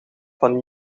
van